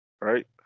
right